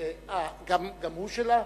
אה, גם הוא שלה?